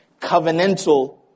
covenantal